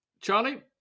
Charlie